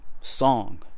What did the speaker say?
song